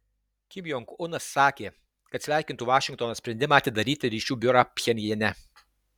kim jong unas sakė kad sveikintų vašingtono sprendimą atidaryti ryšių biurą pchenjane